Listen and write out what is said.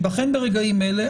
יבחן ברגעים אלה,